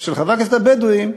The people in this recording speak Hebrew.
של חברי הכנסת הבדואים,